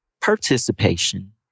participation